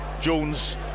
Jones